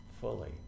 fully